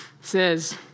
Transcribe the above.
says